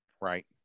right